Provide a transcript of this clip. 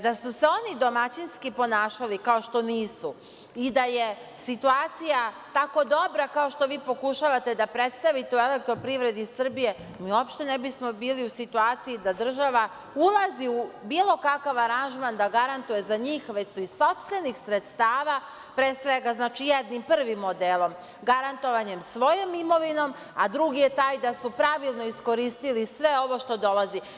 Da su se oni domaćinski ponašali, kao što nisu i da je situacija tako dobra, kao što vi pokušavate da predstavite u „Elektroprivredi Srbije“, uopšte ne bismo bili u situaciji da država ulazi u bilo kakav aranžman da garantuje za njih, već su iz sopstvenih sredstava, pre svega, jednim prvim modelom garantovanjem svoje imovine, a drugi je taj da su pravilno iskoristili sve ovo što dolazi.